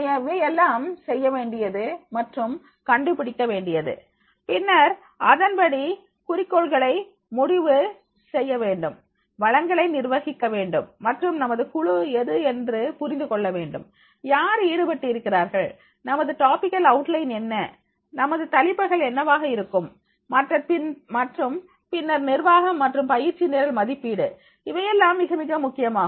இவையெல்லாம் செய்ய வேண்டியது மற்றும் கண்டுபிடிக்க வேண்டியது பின்னர் அதன்படி குறிக்கோள்களை முடிவு செய்ய வேண்டும் வளங்களை நிர்வகிக்க வேண்டும் மற்றும் நமது குழு எது என்று புரிந்து கொள்ள வேண்டும் யார் ஈடுபட்டிருக்கிறார்கள் நமது டாபிகல் அவுட்லைன் என்ன நமது தலைப்புகள் என்னவாக இருக்கும் மற்றும் பின்னர் நிர்வாகம் மற்றும் பயிற்சி நிரல் மதிப்பீடு இவையெல்லாம் மிக மிக முக்கியமாகும்